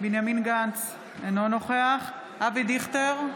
בנימין גנץ, אינו נוכח אבי דיכטר,